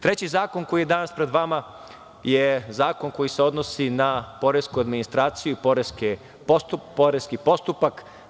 Treći zakon koji je danas pred vama je zakon koji se odnosi na poresku administraciju i poreski postupak.